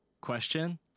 question